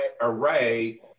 array